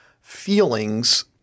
feelings